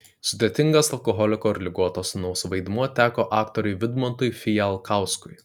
sudėtingas alkoholiko ir ligoto sūnaus vaidmuo teko aktoriui vidmantui fijalkauskui